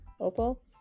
Opal